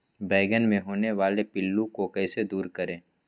बैंगन मे होने वाले पिल्लू को कैसे दूर करें?